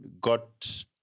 got